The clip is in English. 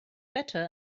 better